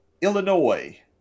Illinois